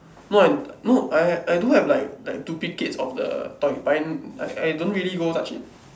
no I no I I do have like like duplicates of the toy but I I I don't really go touch it